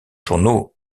journaux